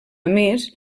més